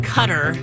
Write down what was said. Cutter